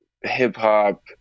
hip-hop